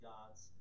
God's